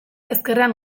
ezkerrean